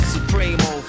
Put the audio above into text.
Supremo